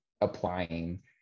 applying